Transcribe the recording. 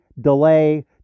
delay